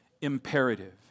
imperative